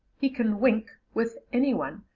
he can wink with anyone,